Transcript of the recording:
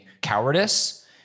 cowardice